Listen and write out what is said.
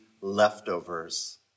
leftovers